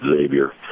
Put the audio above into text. Xavier